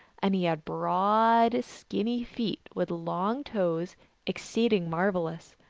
and he had broad, skinny feet with long toes exceeding marvelous.